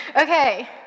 Okay